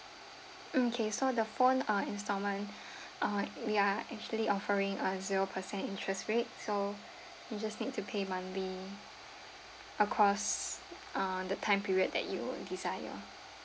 okay so the phone uh installment uh we are actually offering a zero percent interest rate so you just need to pay monthly across uh the time period that you would desire